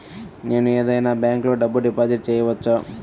నేను ఏదైనా బ్యాంక్లో డబ్బు డిపాజిట్ చేయవచ్చా?